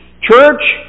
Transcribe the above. church